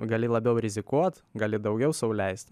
gali labiau rizikuot gali daugiau sau leist